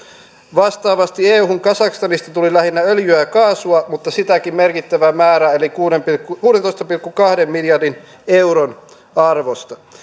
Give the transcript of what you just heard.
vastaavasti euhun kazakstanista tuli lähinnä öljyä ja kaasua mutta sitäkin merkittävämpi määrä eli kuudentoista kuudentoista pilkku kahden miljardin euron arvosta